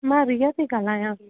मां रिया थी ॻाल्हायां